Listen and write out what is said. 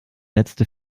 letzte